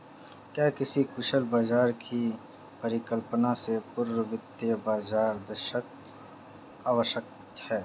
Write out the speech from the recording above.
क्या किसी कुशल बाजार की परिकल्पना से पूर्व वित्तीय बाजार दक्षता आवश्यक है?